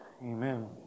Amen